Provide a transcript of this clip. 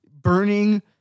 burning